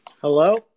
Hello